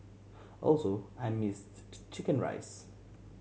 also I missed the chicken rice